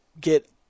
get